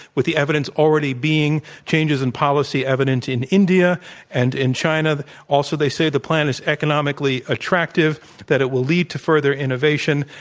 with the evidence already being changes in policy evident in india and in china. also, they say the plan is economically attractive, that it will lead to further innovation,